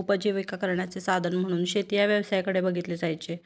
उपजीविका करण्याचे साधन म्हणून शेती या व्यवसायाकडे बघितले जायचे